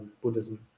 Buddhism